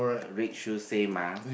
red shoes same ah